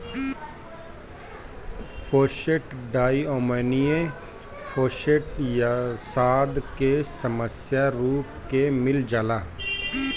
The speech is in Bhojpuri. फॉस्फेट डाईअमोनियम फॉस्फेट खाद में सामान्य रूप से मिल जाला